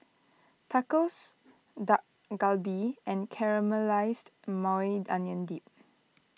Tacos Dak Galbi and Caramelized Maui Onion Dip